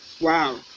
Wow